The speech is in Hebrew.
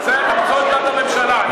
זו עמדת הממשלה.